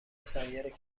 سایر